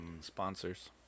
sponsors